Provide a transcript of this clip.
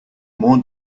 more